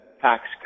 tax